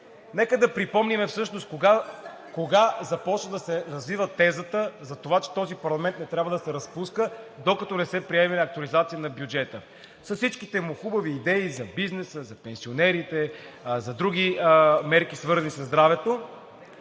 Нека да припомним всъщност кога започна да се развива тезата за това, че този парламент не трябва да се разпуска, докато не се приеме актуализация на бюджета – с всичките му хубави идеи за бизнеса, за пенсионерите, за други мерки, свързани със здравето.